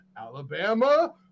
Alabama –